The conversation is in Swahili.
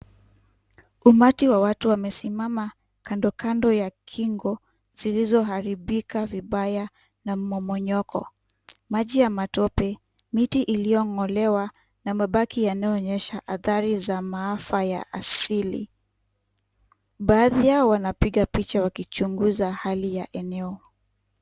Umati wa watu wamesimama kando kando ya kingo zilizoharibika vibaya na mmomonyoko. Maji ya matope, miti iliyong'olewa na mabaki yanayoonyesha athari za maafa ya asili. Baadhi yao wanapiga picha wakichunguza hali ya eneo.